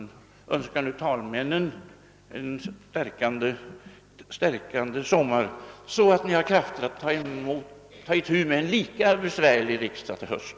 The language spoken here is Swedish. Jag önskar nu talmännen en stärkande sommar så att ni har krafter att ta itu med en lika besvärlig riksdag till hösten.